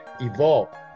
Evolve